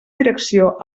direcció